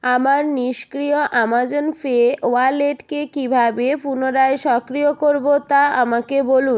আমার নিষ্ক্রিয় Amazon pay ওয়ালেটকে কীভাবে পুনরায় সক্রিয় করবো তা আমাকে বলুন